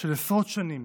של עשרות שנים